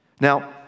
Now